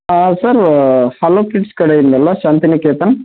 ಆಂ sir hello kids ಕಡೆಯಿಂದಲ್ಲ ಶಾಂತನಿಕೇತನ